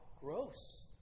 gross